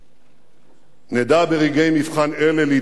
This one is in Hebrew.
נדע, ברגעי מבחן אלה, להתעלות